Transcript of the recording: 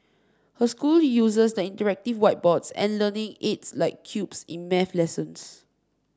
her school uses the interactive whiteboard and learning aids like cubes in math lessons